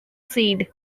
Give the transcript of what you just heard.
seed